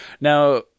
Now